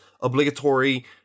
obligatory